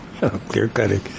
clear-cutting